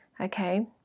Okay